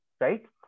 Right